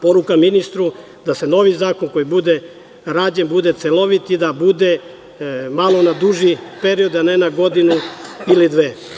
Poruka ministru je da novi zakon koji bude rađen bude celovit i da bude malo na duži period, a ne na godinu ili dve.